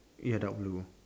ya dark blue